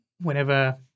whenever